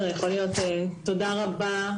כרגע יש לנו שנה --- ברוך